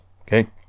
okay